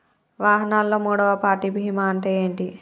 వాహనాల్లో మూడవ పార్టీ బీమా అంటే ఏంటి?